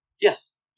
Yes